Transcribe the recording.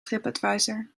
tripadvisor